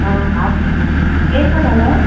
हा हा केरु था ॻाल्हायो